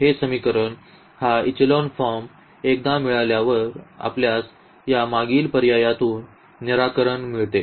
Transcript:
तर हे समीकरण हा एक्चेलॉन फॉर्म एकदा मिळाल्यावर आपल्यास या मागील पर्यायातून निराकरण मिळते